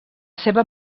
seva